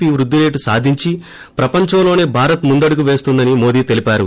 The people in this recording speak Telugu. పి వృద్ది రేటు సాధించి ప్రపంచంలోనే భారత్ ముందడుగు వేస్తోందని మోదీ తెలిపారు